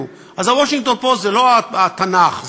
אז ה"וושינגטון פוסט" זה לא התנ"ך,